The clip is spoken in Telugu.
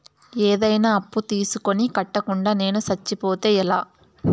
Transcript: ఏదైనా అప్పు తీసుకొని కట్టకుండా నేను సచ్చిపోతే ఎలా